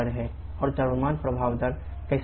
और द्रव्यमान प्रवाह दर कैसे प्राप्त करें